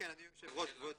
אדוני היושב ראש, כבוד